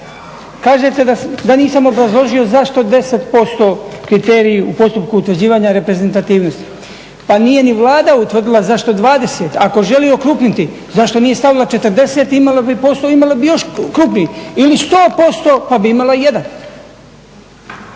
Kažete da nisam obrazložio zašto 10% kriteriji u postupku utvrđivanja reprezentativnosti. Pa nije ni Vlada utvrdila zašto 20. Ako želi okrupniti zašto nije stavila 40 i imala bi posao, imala bi još krupniji. Ili 100% pa bi imala 1.